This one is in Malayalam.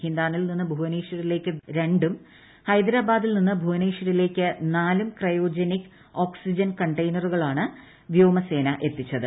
ഹിന്ദാനിൽ നിന്ന് ഭുവനേശ്വറിലേക്ക് രണ്ടും ഹൈദരാബാദിൽ നിന്നും ഭൂവനേശ്വറിലേക്ക് നാലും ക്രയോജനിക് ഓക്സിജൻ കണ്ടെയ്നറുകളുമാണ് വ്യോമസേന എത്തിച്ചത്